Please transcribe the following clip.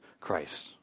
Christ